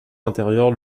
intérieur